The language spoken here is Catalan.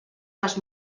les